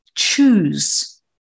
choose